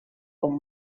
com